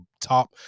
top